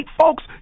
folks